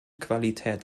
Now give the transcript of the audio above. qualität